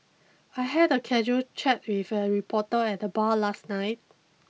I had a casual chat with a reporter at the bar last night